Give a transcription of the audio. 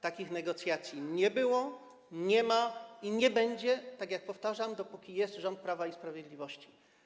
Takich negocjacji nie było, nie ma i nie będzie, tak jak powtarzam, dopóki jest rząd Prawa i Sprawiedliwości.